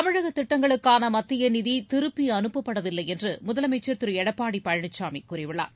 தமிழக திட்டங்களுக்கான மத்திய நிதி திருப்பி அனுப்பப்படவில்லை என்று முதலமைச்சர் திரு எடப்பாடி பழனிசாமி கூறியுள்ளார்